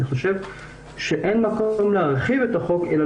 אני חושב שאין מקום להרחיב את החוק אלא